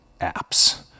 apps